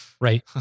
Right